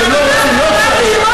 אתם לא רוצים, לא צריך.